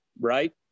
right